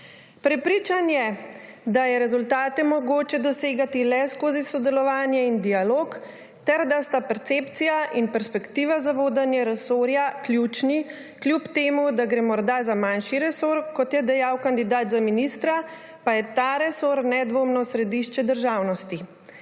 Prepričan je, da je rezultate mogoče dosegati le skozi sodelovanje in dialog ter da sta percepcija in perspektiva za vodenje resorja ključni. Čeprav gre morda za manjši resor, kot je dejal kandidat za ministra, pa je ta resor nedvomno središče državnosti.